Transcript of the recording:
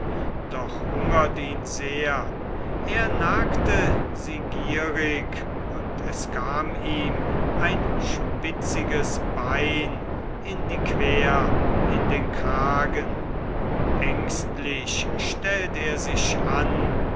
doch hungert ihn sehr er nagte sie gierig und es kam ihm ein spitziges bein die quer in den kragen ängstlich stellt er sich an